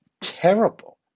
terrible